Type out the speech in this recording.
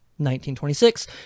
1926